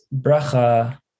Bracha